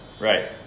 Right